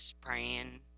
praying